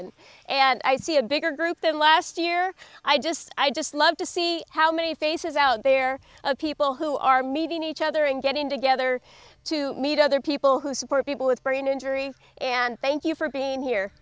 roland and i see a bigger group than last year i just i just love to see how many faces out there of people who are meeting each other and getting together to meet other people who support people with brain injury and thank you for being here